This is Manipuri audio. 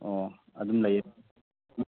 ꯑꯣ ꯑꯗꯨꯝ ꯂꯩꯌꯦ